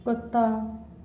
कुत्ता